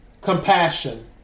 Compassion